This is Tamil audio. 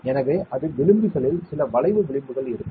எனவே அது விளிம்புகளில் சில வளைவு விளிம்புகள் இருக்கும்